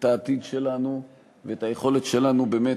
את העתיד שלנו ואת היכולת שלנו באמת